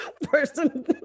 person